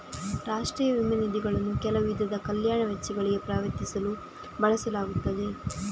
ರಾಷ್ಟ್ರೀಯ ವಿಮಾ ನಿಧಿಗಳನ್ನು ಕೆಲವು ವಿಧದ ಕಲ್ಯಾಣ ವೆಚ್ಚಗಳಿಗೆ ಪಾವತಿಸಲು ಬಳಸಲಾಗುತ್ತದೆ